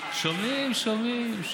חבל שהם לא שומעים אותך.